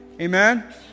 Amen